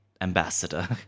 Ambassador